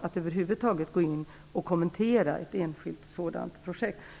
att över huvud taget gå in och kommentera ett enskilt sådant projekt.